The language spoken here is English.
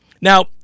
Now